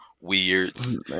weirds